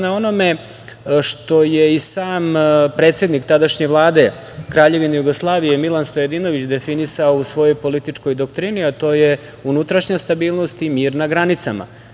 na onome što je i sam predsednik tadašnje Vlade Kraljevine Jugoslavije Milan Stojadinović definisao u svojoj političkoj doktrini, a to je unutrašnja stabilnost i mir na granicama. Iz